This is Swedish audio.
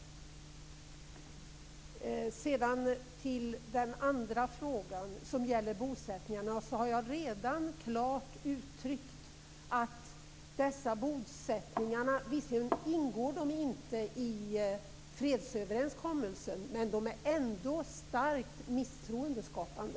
När det gäller frågan om bosättningarna har jag redan klart uttryckt att dessa bosättningar visserligen inte ingår i fredsöverenskommelsen, men de är ändå starkt misstroendeskapande.